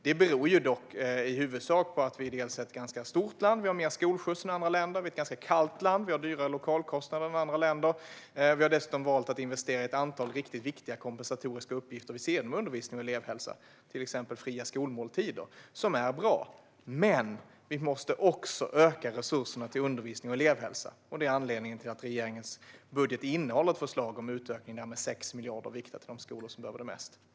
Det beror bland annat på att vi är ett stort land och har mer skolskjuts än andra länder. Vi är också ett kallt land och har dyrare lokalkostnad än andra länder. Vi har dessutom valt att investera i ett antal viktiga kompensatoriska uppgifter vid sidan om undervisning och elevhälsa, till exempel fria skolmåltider, vilket är bra. Vi måste dock öka resurserna till undervisning och elevhälsa, och det är anledningen till att regeringens budget innehåller ett förslag om utökningar med 6 miljarder till de skolor som behöver det mest.